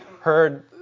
heard